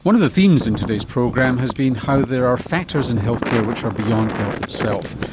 one of the themes in today's program has been how there are factors in healthcare which are beyond health itself.